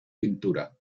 pintura